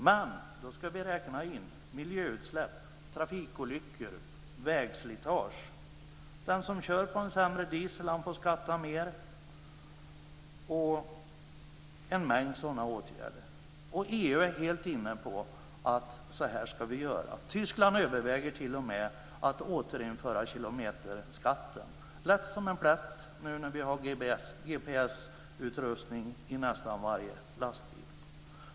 Men då ska man räkna in miljöutsläpp, trafikolyckor och vägslitage. Den som kör på en sämre diesel får skatta mer. EU är helt inne på att vi ska göra så här. Tyskland överväger t.o.m. att återinföra kilometerskatten. Det är lätt som en plätt, nu när det finns GPS-utrustning i nästan varje lastbil.